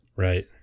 Right